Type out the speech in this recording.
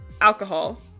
alcohol